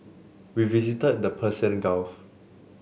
we visited the Persian Gulf